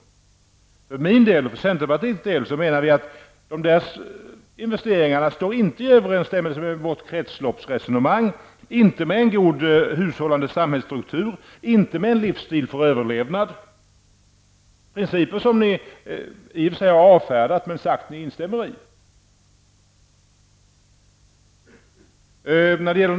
Jag för min del, och den uppfattningen stöds av centerpartiet, menar att dessa investeringar inte står i överensstämmelse med vare sig vårt kretsloppsresonemang eller en god hushållande samhällsstruktur eller en livsstil som syftar till överlevnad -- principer som ni i och för sig har avfärdat men som ni ändå har sagt att ni ställer er bakom.